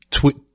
Tweet